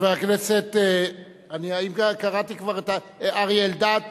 חבר הכנסת אריה אלדד,